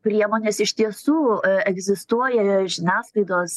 priemonės iš tiesų egzistuoja žiniasklaidos